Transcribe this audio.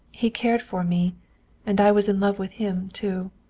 he cared for me and i was in love with him too.